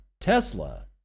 Tesla